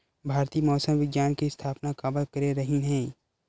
भारती मौसम विज्ञान के स्थापना काबर करे रहीन है?